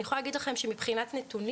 אני יכולה להגיד לכם שמבחינת נתונים,